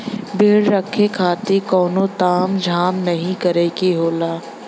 भेड़ रखे खातिर कउनो ताम झाम नाहीं करे के होला